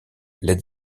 led